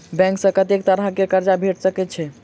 Bank सऽ कत्तेक तरह कऽ कर्जा भेट सकय छई?